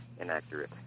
inaccurate